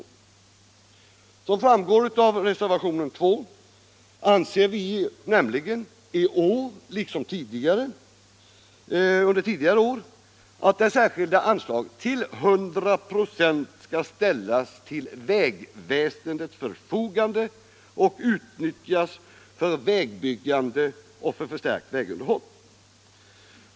Som framgår av reservationen 2 anser vi nämligen i år liksom under tidigare år att det särskilda anslaget till 100 96 skall ställas till vägväsendets förfogande och utnyttjas för vägbyggande och förstärkt vägunderhåll.